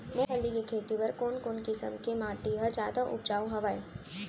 मूंगफली के खेती बर कोन कोन किसम के माटी ह जादा उपजाऊ हवये?